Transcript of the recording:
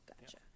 Gotcha